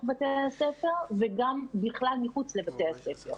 בתי הספר וגם בכלל מחוץ לבתי הספר.